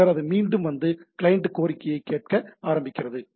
பின்னர் அது மீண்டும் வந்து கிளையன்ட் கோரிக்கையை கேட்க ஆரம்பிக்கிறது